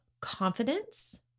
confidence